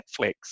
Netflix